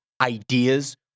ideas